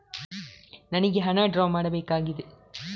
ನನಿಗೆ ಹಣ ಡ್ರಾ ಮಾಡ್ಬೇಕಾಗಿದೆ